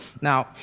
Now